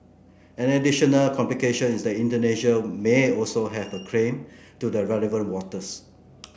an additional complication is that Indonesia may also have a claim to the relevant waters